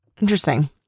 Interesting